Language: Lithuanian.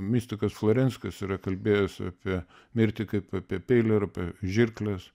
mistikas florinskas yra kalbėjęs apie mirtį kaip apie peilį ar apie žirkles